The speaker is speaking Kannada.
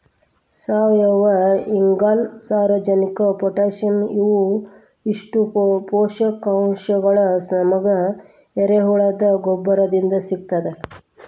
ಸಾವಯುವಇಂಗಾಲ, ಸಾರಜನಕ ಪೊಟ್ಯಾಸಿಯಂ ಇವು ಇಷ್ಟು ಪೋಷಕಾಂಶಗಳು ನಮಗ ಎರೆಹುಳದ ಗೊಬ್ಬರದಿಂದ ಸಿಗ್ತದ